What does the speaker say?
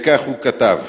וכך הוא כתב: